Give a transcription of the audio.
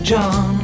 John